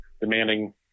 demanding